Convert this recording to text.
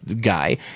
guy